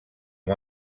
amb